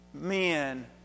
men